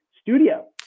studio